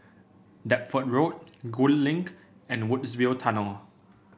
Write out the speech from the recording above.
Deptford Road Gul Link and Woodsville Tunnel